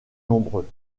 nombreux